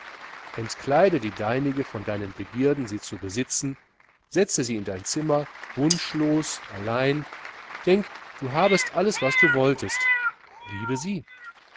entkleide die deinige von deinen begierden sie zu besitzen setze sie in dein zimmer wunschlos allein denk du habest alles was du wolltest bliebe sie